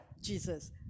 Jesus